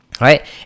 right